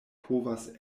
povas